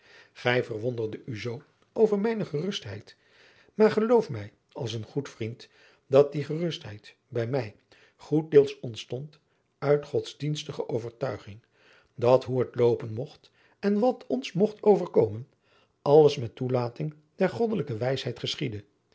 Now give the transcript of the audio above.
gij verwonderde u zoo over mijne gerustheid maar geloof mij als een goed vriend dat die gerustheid bij mij goeddeels ontstond uit godsdienstige overtuiging dat hoe het loopen mogt en wat ons mogt overkomen alles met toelating der goddelijke wijsheid geschiedde